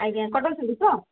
ଆଜ୍ଞା କଟନ୍ ଶାଢ଼ୀ ତ